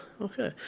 Okay